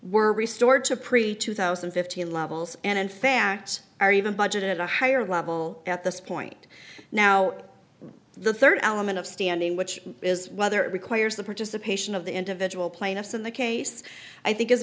were restored to preach two thousand and fifteen levels and in fact are even budgeted a higher level at this point now the third element of standing which is whether it requires the participation of the individual plaintiffs in the case i think is